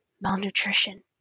malnutrition